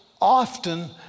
often